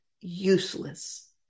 useless